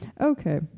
okay